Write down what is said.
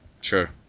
sure